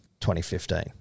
2015